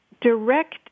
direct